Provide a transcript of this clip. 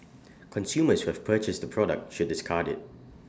consumers have purchased the product should discard IT